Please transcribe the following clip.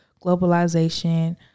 globalization